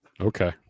Okay